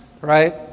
right